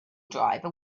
driver